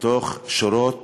בתוך שורות